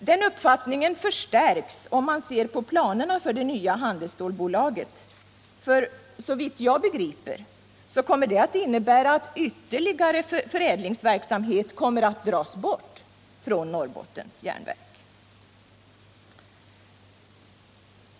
Den uppfattningen förstärks om man ser på planerna för det nya handelsstålbolaget, för såvitt jag begriper kommer det att innebära att ytterligare förädlingsverksamhet dras bort från Norrbottens Järnverk.